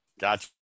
Gotcha